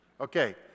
Okay